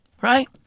Right